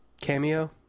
cameo